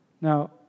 Now